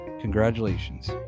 Congratulations